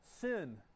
sin